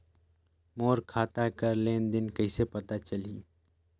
मोर खाता कर लेन देन कइसे पता चलही?